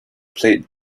played